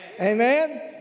Amen